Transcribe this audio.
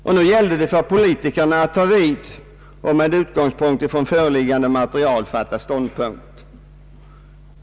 Det gällde nu för politikerna att ta vid och att med utgångspunkt i föreliggande material fatta ståndpunkt.